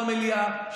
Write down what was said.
במליאה.